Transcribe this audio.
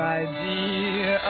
idea